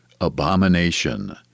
abomination